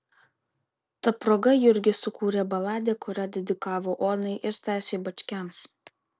ta proga jurgis sukūrė baladę kurią dedikavo onai ir stasiui bačkiams